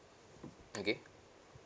okay